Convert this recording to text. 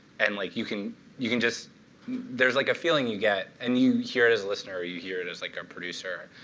and like you can you can just there's like a feeling you get. and you hear it as a listener, you hear it as like a producer.